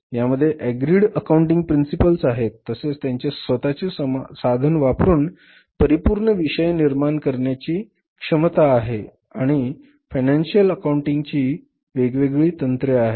यामध्ये agreed accounting principles आहेत तसेच त्यांचे स्वतःचे साधन वापरून परिपूर्ण विषय निर्माण करण्याची क्षमता आहे आणि फायनान्शिअल अकाउंटिंग ची वेगवेगळी तंत्रे आहेत